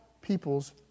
peoples